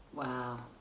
Wow